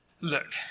look